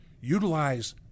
Utilize